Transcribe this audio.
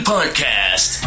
Podcast